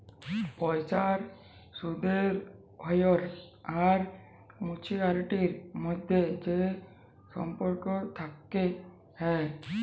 পয়সার সুদের হ্য়র আর মাছুয়ারিটির মধ্যে যে সম্পর্ক থেক্যে হ্যয়